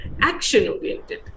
action-oriented